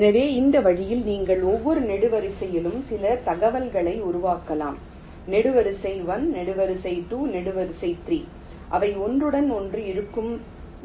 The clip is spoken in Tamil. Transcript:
எனவே இந்த வழியில் நீங்கள் ஒவ்வொரு நெடுவரிசையிலும் சில தகவல்களை உருவாக்கலாம் நெடுவரிசை 1 நெடுவரிசை 2 நெடுவரிசை 3 அவை ஒன்றுடன் ஒன்று இருக்கும்